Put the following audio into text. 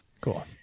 Cool